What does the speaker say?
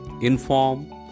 inform